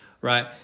right